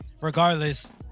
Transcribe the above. regardless